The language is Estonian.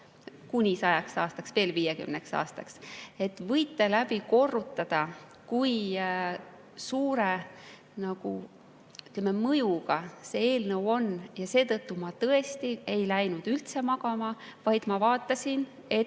kuni 100 aastaks, seega veel 50 aastaks. Nii et võite läbi korrutada, kui suure, ütleme, mõjuga see eelnõu on. Seetõttu ma tõesti ei läinud üldse magama, vaid ma vaatasin, et